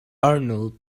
arnold